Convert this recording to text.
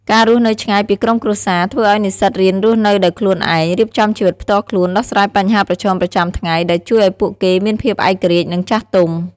ការរស់នៅឆ្ងាយពីក្រុមគ្រួសារ ធ្វើឲ្យនិស្សិតរៀនរស់នៅដោយខ្លួនឯង រៀបចំជីវិតផ្ទាល់ខ្លួន ដោះស្រាយបញ្ហាប្រឈមប្រចាំថ្ងៃ ដែលជួយឲ្យពួកគេមានភាពឯករាជ្យ និងចាស់ទុំ។